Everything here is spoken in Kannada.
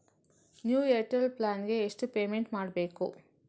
ನ್ಯೂ ಏರ್ಟೆಲ್ ಪ್ಲಾನ್ ಗೆ ಎಷ್ಟು ಪೇಮೆಂಟ್ ಮಾಡ್ಬೇಕು?